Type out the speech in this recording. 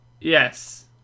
yes